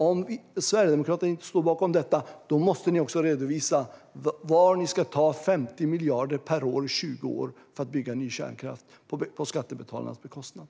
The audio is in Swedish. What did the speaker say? Om Sverigedemokraterna inte står bakom detta måste de också redovisa var de ska ta 50 miljarder per år under 20 år för att bygga ny kärnkraft på skattebetalarnas bekostnad.